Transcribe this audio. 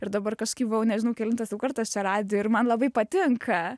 ir dabar kažkaip buvo nežinau kelintas jau kartas čia radijuj ir man labai patinka